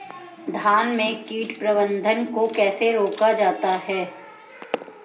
धान में कीट प्रबंधन को कैसे रोका जाता है?